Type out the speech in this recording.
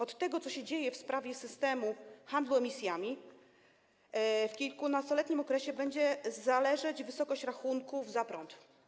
Od tego, co się dzieje w sprawie systemu handlu emisjami, w kilkunastoletnim okresie będzie zależeć wysokość rachunków za prąd.